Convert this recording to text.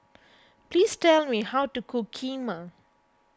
please tell me how to cook Kheema